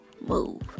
move